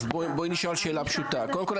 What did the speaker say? אז בואי נשאל שאלה פשוטה: קודם כל,